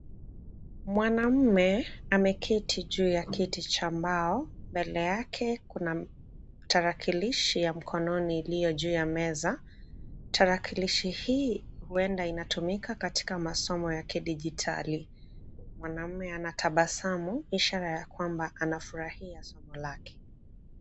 Mwanamume ameketi juu ya kiti cha mbao. Mbele yake kuna tarakilishi ya mkononi iliyojuu ya meza. Tarakilishi hii huenda inatumika katika masomo ya kidijitali. Mwanamume anatabasamu ishara ya kwamba anafurahia somo lake.